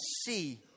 see